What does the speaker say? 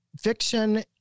fiction